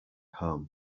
home